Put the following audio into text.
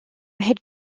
had